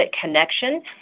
connection